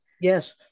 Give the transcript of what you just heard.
Yes